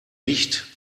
wicht